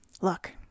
Look